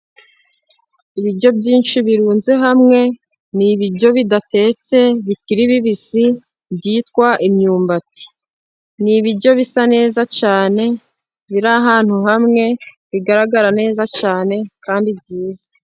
Ibiryo byinshi birunze hamwe, ni ibiryo bidatetse bikiri bibisi byitwa imyumbati, ni ibiryo bisa neza cyane biri ahantu hamwe, bigaragara neza cyane kandi byiza.